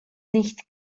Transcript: nicht